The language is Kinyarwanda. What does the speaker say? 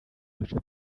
duce